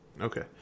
Okay